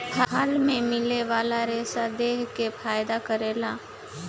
फल मे मिले वाला रेसा देह के फायदा करेला